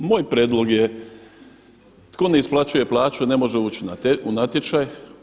Moj prijedlog je tko ne isplaćuje plaću ne može ući u natječaj.